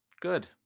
good